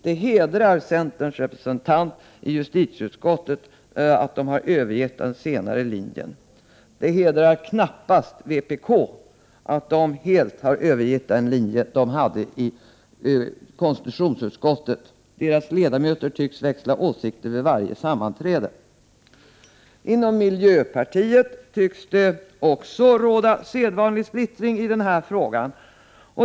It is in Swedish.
Det hedrar centerns representanter i justitieutskottet att de har övergett den senare linjen. Det hedrar knappast vpk att man helt har övergett den linje som man hade i konstitutionsutskottet. Vpk:s ledamöter tycks växla åsikter vid varje sammanträde. Inom miljöpartiet tycks det också råda sedvanlig splittring i den här frågan.